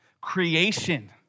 creation